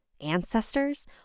Ancestors